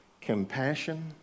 compassion